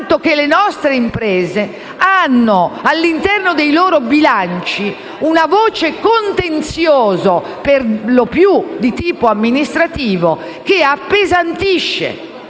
tanto che le nostre imprese hanno all'interno dei loro bilanci una voce contenzioso, per lo più di tipo amministrativo, che ne appesantisce